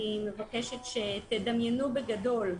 אני מבקשת שתדמיינו בגדול,